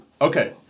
Okay